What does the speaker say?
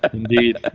indeed